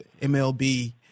MLB